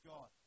God